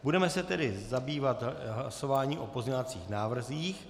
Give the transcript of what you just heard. Budeme se tedy zabývat hlasováním o pozměňovacích návrzích.